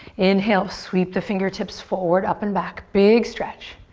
inhale, sweep the fingertips forward, up and back, big stretch.